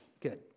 good